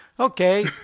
Okay